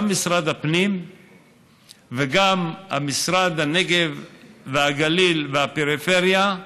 גם משרד הפנים וגם משרד הנגב והגליל והפריפריה,